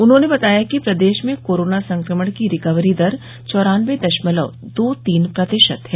उन्होंने बताया कि प्रदेश में कोरोना संक्रमण की रिकवरी दर चौरानबे दशमलव दो तीन प्रतिशत है